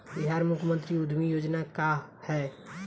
बिहार मुख्यमंत्री उद्यमी योजना का है?